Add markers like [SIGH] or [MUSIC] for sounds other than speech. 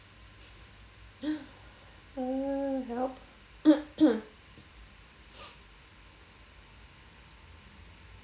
[BREATH] [NOISE] help [COUGHS]